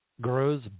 grows